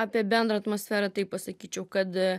apie bendrą atmosferą tai pasakyčiau kad